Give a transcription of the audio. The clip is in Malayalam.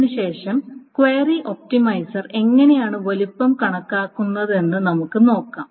ഇതിനുശേഷം ക്വയറി ഒപ്റ്റിമൈസർ എങ്ങനെയാണ് വലുപ്പം കണക്കാക്കുന്നതെന്ന് നമുക്ക് നോക്കാം